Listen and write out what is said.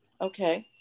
Okay